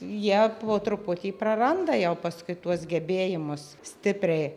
jie po truputį praranda jau paskui tuos gebėjimus stipriai